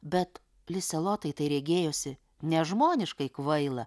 bet lise lotai tai regėjosi nežmoniškai kvaila